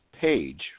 Page